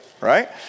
right